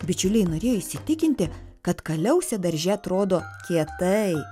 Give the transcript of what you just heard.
bičiuliai norėjo įsitikinti kad kaliausė darže atrodo kietai